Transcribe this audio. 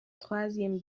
troisième